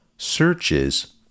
Searches